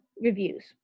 reviews